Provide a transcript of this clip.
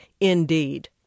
indeed